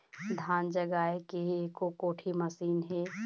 धान जगाए के एको कोठी मशीन हे?